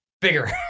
bigger